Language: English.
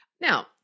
Now